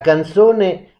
canzone